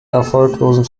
erfolglosen